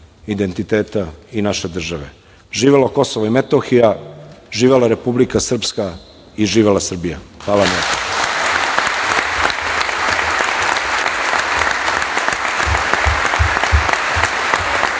identiteta i naše države. Živelo Kosovo i Metohija, živela Republika Srpska i živela Srbija! Hvala